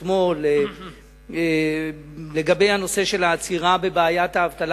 אתמול לגבי הנושא של העצירה בבעיית האבטלה,